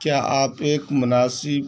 کیا آپ ایک مناسب